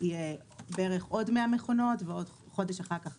יהיו עוד כ-100 מכונות וחודש אחר כך